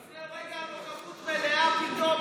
לפני כן הייתה נוכחות מלאה ופתאום